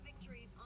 victories